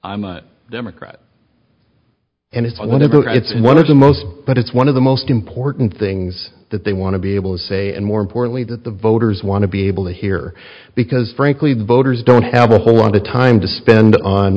i'm a democrat and if i let it go it's one of the most but it's one of the most important things that they want to be able to say and more importantly that the voters want to be able to hear because frankly voters don't have a whole lot of time to spend on